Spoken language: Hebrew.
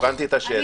אני הבנתי את השאלה.